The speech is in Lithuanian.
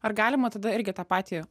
ar galima tada irgi tą patį